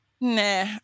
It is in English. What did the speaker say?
nah